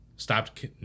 Stopped